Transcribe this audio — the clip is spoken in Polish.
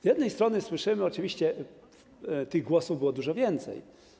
Z jednej strony słyszymy, oczywiście tych głosów było dużo więcej.